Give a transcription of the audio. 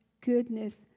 goodness